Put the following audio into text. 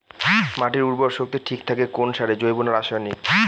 মাটির উর্বর শক্তি ঠিক থাকে কোন সারে জৈব না রাসায়নিক?